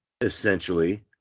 essentially